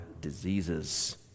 diseases